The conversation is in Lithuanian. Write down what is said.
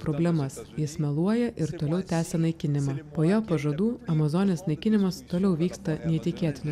problemas jis meluoja ir toliau tęsia naikinimą po jo pažadų amazonės naikinimas toliau vyksta neįtikėtinu